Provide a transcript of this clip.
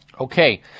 okay